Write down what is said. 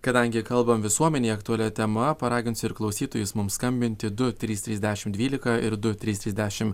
kadangi kalbam visuomenei aktualia tema paraginsiu ir klausytojus mums skambinti du trys trys dešimt dvylika ir du trys trys dešimt